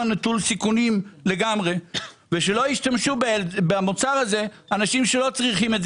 נטול סיכונים לגמרי ושלא ישתמשו במוצר הזה אנשים שלא צריכים אותו,